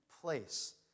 place